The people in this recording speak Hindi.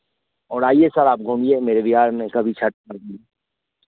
और आइए सर आप घूमिए मेरे बिहार में कभी छठ पर भी